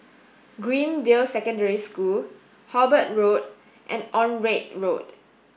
Greendale Secondary School Hobart Road and Onraet Road